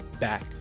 back